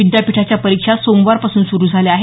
विद्यापीठाच्या परीक्षा सोमवारपासून सुरू झाल्या आहेत